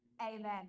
amen